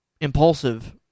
impulsive